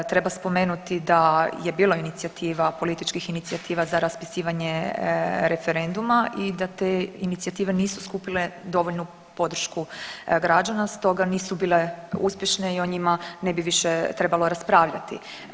Treba spomenuti da je bilo inicijativa, političkih inicijativa za raspisivanja referenduma i da te inicijative nisu skupile dovoljnu podršku građana stoga nisu bile uspješne i o njima ne bi više trebalo raspravljati.